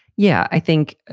yeah. i think,